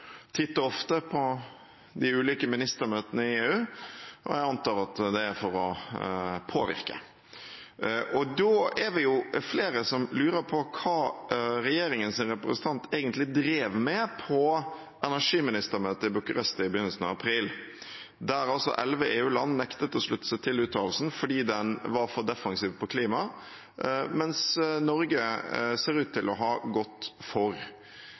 og ofte på de ulike ministermøtene i EU, og jeg antar at det er for å påvirke. Da er vi flere som lurer på hva regjeringens representant egentlig drev med på energiministermøtet i Bucuresti i begynnelsen av april, der elleve EU-land nektet å slutte seg til uttalelsen fordi den var for defensiv på klima, mens Norge ser ut til å ha gått for